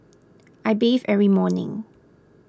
I bathe every morning